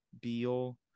Beal